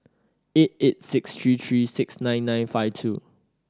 eight eight six three three six nine nine five two